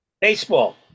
Baseball